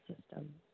system